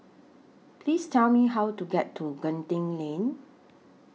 Please Tell Me How to get to Genting LINK